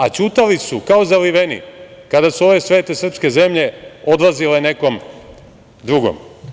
A ćutali su, kao zaliveni, kada su ove svete srpske zemlje odlazile nekom drugom.